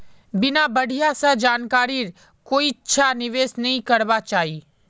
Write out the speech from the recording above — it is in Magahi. बिना बढ़िया स जानकारीर कोइछा निवेश नइ करबा चाई